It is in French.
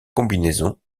combinaison